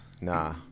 Nah